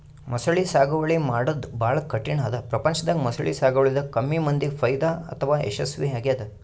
ಮೊಸಳಿ ಸಾಗುವಳಿ ಮಾಡದ್ದ್ ಭಾಳ್ ಕಠಿಣ್ ಅದಾ ಪ್ರಪಂಚದಾಗ ಮೊಸಳಿ ಸಾಗುವಳಿದಾಗ ಕಮ್ಮಿ ಮಂದಿಗ್ ಫೈದಾ ಅಥವಾ ಯಶಸ್ವಿ ಆಗ್ಯದ್